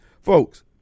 folks